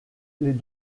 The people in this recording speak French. les